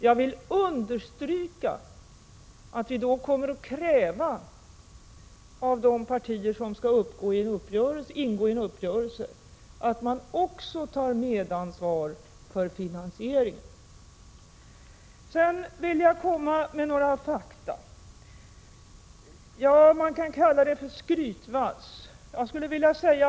Jag vill understryka att vi då kommer att kräva av de partier som skall ingå i en uppgörelse, att man också tar medansvar för finansieringen. Sedan vill jag anföra några fakta — ja, man kan kalla det för skrytvals.